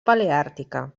paleàrtica